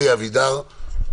חבר הכנסת אלי אבידר, בבקשה.